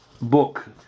book